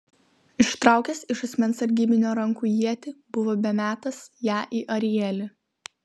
ištraukęs iš asmens sargybinio rankų ietį buvo bemetąs ją į arielį